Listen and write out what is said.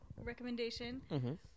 recommendation